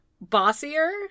bossier